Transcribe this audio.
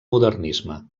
modernisme